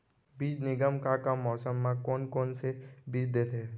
बीज निगम का का मौसम मा, कौन कौन से बीज देथे?